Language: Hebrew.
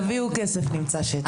תביאו כסף נדאג לשטח, תמי.